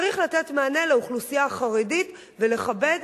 צריך לתת מענה לאוכלוסייה החרדית ולכבד